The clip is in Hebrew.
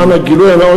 למען הגילוי הנאות,